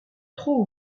trop